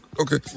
Okay